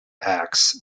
acts